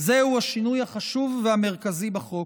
זהו השינוי החשוב והמרכזי בחוק.